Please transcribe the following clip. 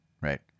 right